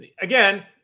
again